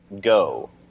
go